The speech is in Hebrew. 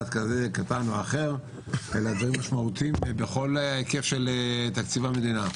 כזה קטן או אחר אלא זה משמעותי בכל היקף של תקציב המדינה.